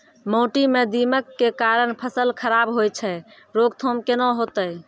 माटी म दीमक के कारण फसल खराब होय छै, रोकथाम केना होतै?